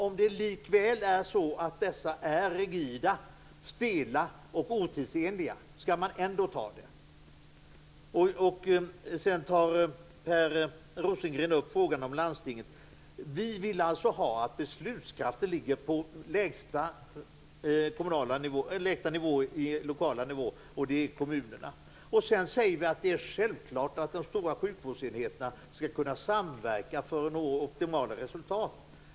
Om det är så att dessa är rigida, stela och otidsenliga - skall man ändå ha det? Per Rosengren tar också upp frågan om landstinget. Vi vill att beslutskraften skall ligga på den lägsta lokala nivån. Det är kommunerna. Vi säger att det är självklart att de stora sjukvårdsenheterna skall kunna samverka för att nå optimala resultat.